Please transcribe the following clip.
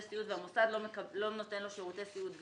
סיעוד והמוסד לא נותן לו שירותי סיעוד,